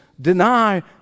deny